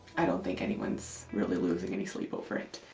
i don't think anyone's really losing any sleep over it